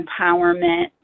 empowerment